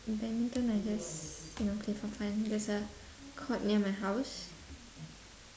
badminton I just you know play for fun there's a court near my house